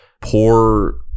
poor